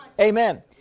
Amen